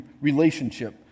relationship